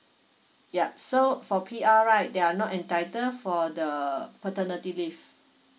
yup so for P_R right they are not entitle for the paternity leave